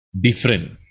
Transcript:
different